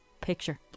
picture